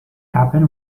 happen